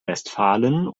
westfalen